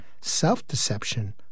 self-deception